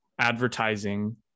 advertising